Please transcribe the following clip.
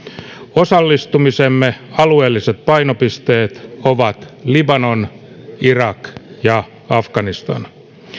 osallistumisemme alueelliset painopisteet ovat libanon irak ja afganistan